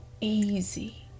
easy